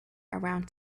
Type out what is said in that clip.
around